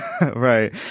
Right